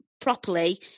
properly